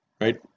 Right